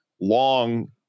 long